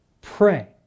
pray